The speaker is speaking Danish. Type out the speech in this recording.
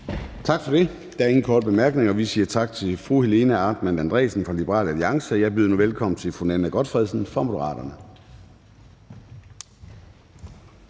Tak for det. Der er ingen korte bemærkninger. Vi siger tak til fru Helena Artmann Andresen fra Liberal Alliance, og jeg byder nu velkommen til fru Nanna W. Gotfredsen fra Moderaterne.